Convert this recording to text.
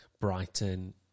Brighton